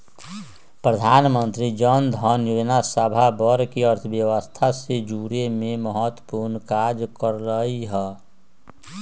प्रधानमंत्री जनधन जोजना सभ वर्गके अर्थव्यवस्था से जुरेमें महत्वपूर्ण काज कल्कइ ह